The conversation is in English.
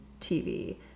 TV